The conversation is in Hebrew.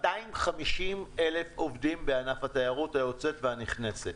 250,000 עובדים בענף התיירות היוצאת והנכנסת,